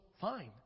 fine